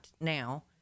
now